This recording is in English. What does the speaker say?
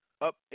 up